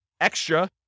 extra